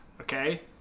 Okay